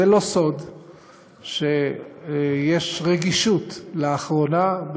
זה לא סוד שיש רגישות לאחרונה,